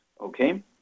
Okay